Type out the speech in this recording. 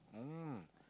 mm